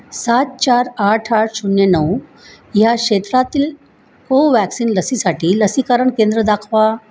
सात चार आठ आठ शून्य नऊ या क्षेत्रातील कोवॅक्सिन लसीसाठी लसीकरण केंद्र दाखवा